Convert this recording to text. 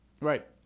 right